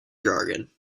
jargon